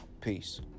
Peace